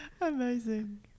Amazing